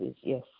yes